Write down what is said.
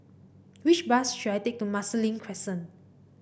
which bus should I take to Marsiling Crescent